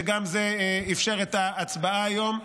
שגם זה אפשר את ההצבעה היום.